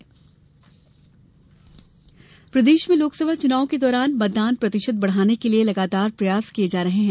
मतदाता जागरूकता प्रदेश में लोकसभा चुनाव के दौरान मतदान प्रतिशत बढ़ाने के लिए लगातार प्रयास किए जा रहे हैं